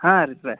ಹಾಂ ರಿಪ್ಲೇ